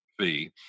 fee